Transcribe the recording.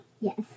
Yes